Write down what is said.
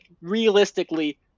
realistically